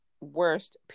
worst